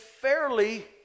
fairly